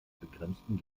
begrenzten